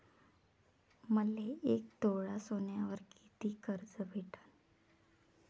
मले एक तोळा सोन्यावर कितीक कर्ज भेटन?